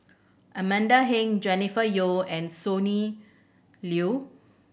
Amanda Heng Jennifer Yeo and Sonny Liew